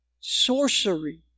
Sorcery